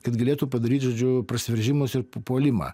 kad galėtų padaryt žodžiu prasiveržimus ir puolimą